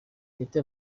betty